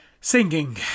singing